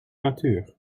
natuur